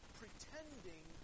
pretending